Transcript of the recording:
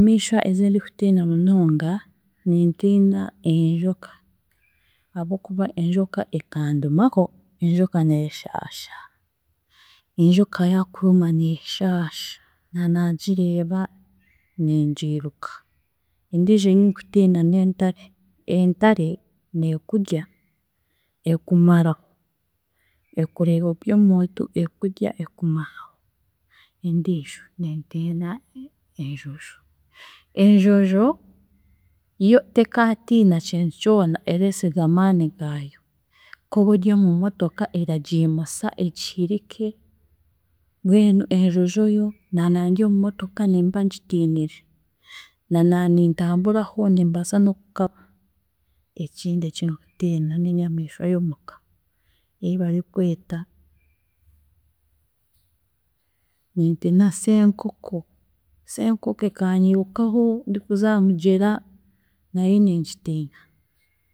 Enyamiishwa ezindikutiina munonga, nintiina enjoka ahabw'okuba enjoka ekandumaho, enjoka neeshaasha, enjoka yaakuruma neeshaasha na naagireeba ningiiruka. Endiijo ei nkutiina n'entare, entare neekurya ekumaraho, ekureeba ori omuntu ekurya ekumaraho. Endiijo nintiina enjonjo, enjojo yo tekaatiina kintu kyona, ereesiga amaani gaayo, koobe ori omu motoka eragiimusa egihirike, mbwenu enjojo yo na nandi omu motoka nimba ngintiinire, na naanintambura ho nimbaasa n'okukaba. Ekindi ekindikutiina n'enyamiishwa y'omuka ei barikweta, nintiina senkoko, senkoko ekaanyirukaho ndikuza aha mugyera, nayo ningitiina.